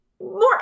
more